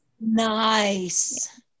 nice